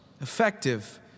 effective